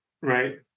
right